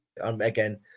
again